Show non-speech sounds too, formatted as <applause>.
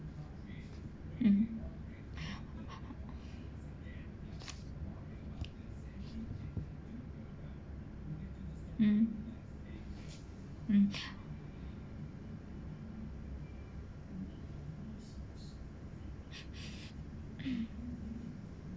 mm mm mm <breath>